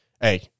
hey